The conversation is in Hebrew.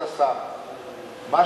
כמה